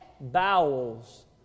bowels